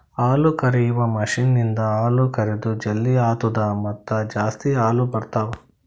ಹಾಲುಕರೆಯುವ ಮಷೀನ್ ಇಂದ ಹಾಲು ಕರೆದ್ ಜಲ್ದಿ ಆತ್ತುದ ಮತ್ತ ಜಾಸ್ತಿ ಹಾಲು ಬರ್ತಾವ